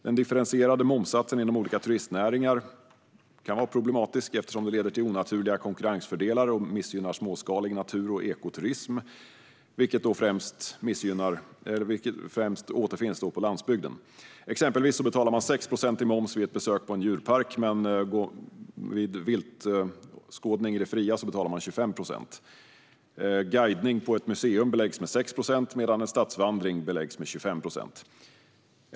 Den differentierade momssatsen inom olika turistnäringar kan vara problematisk, eftersom den leder till onaturliga konkurrensfördelar och missgynnar småskalig natur och ekoturism, vilket främst återfinns på landsbygden. Exempelvis betalar man 6 procent i moms vid ett besök på en djurpark medan man vid viltskådning i det fria betalar 25 procent. Guidning på ett museum beläggs med 6 procent, medan en stadsvandring beläggs med 25 procent.